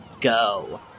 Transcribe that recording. go